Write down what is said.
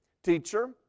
Teacher